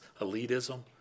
elitism